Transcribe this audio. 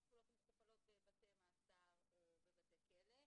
בבתי מעצר או בבתי כלא,